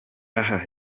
aha